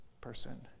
person